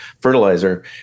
Fertilizer